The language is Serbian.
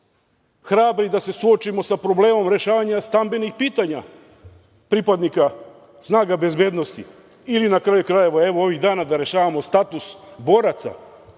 hrabri da se suočimo sa problemom rešavanja stambenih pitanja pripadnika snaga bezbednosti ili na kraju krajeva, evo ovih dana da rešavamo status boraca,